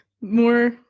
more